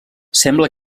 sembla